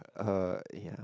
uh ya